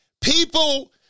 People